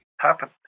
happen